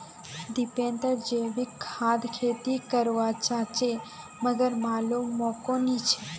दीपेंद्र जैविक खाद खेती कर वा चहाचे मगर मालूम मोक नी छे